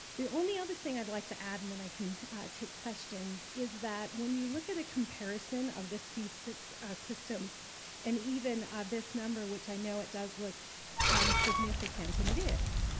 the only other thing i'd like to add and then i can take questions, is that when you look at a comparison of this fee system and even ah this number which i know it does look significant, and it is,